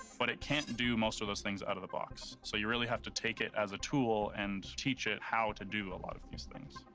but it can't do most of those things out of the box, so you really have to take it as a tool and teach it how to do a lot of these things.